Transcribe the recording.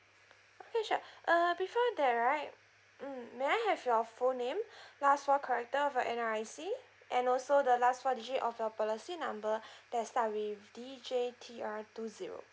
okay sure uh before that right mm may I have your full name last four character of your N_R_I_C and also the last four digit of your policy number that start with D J T R two zero